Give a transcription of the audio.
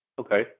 Okay